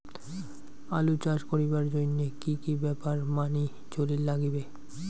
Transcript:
আলু চাষ করিবার জইন্যে কি কি ব্যাপার মানি চলির লাগবে?